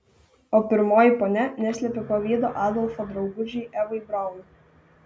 o pirmoji ponia neslėpė pavydo adolfo draugužei evai braun